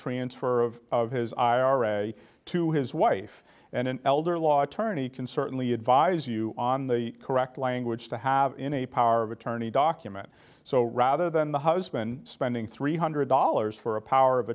transfer of his ira to his wife and an elder law attorney can certainly advise you on the correct language to have in a power of attorney document so rather than the husband spending three hundred dollars for a power of